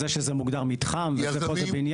זה שזה מוגדר מתחם, ובניין.